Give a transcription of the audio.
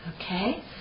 okay